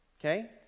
Okay